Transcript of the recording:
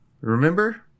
Remember